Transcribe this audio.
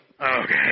Okay